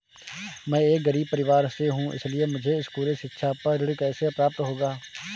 मैं एक गरीब परिवार से हूं इसलिए मुझे स्कूली शिक्षा पर ऋण कैसे प्राप्त होगा?